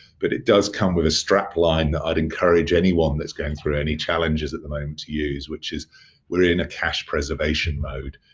but it does come with a strap line. i'd encourage anyone that's going through any challenges at the moment to use which is we're in a cash preservation mode.